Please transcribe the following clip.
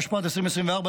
התשפ"ד 2024,